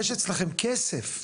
יש אצלכם כסף.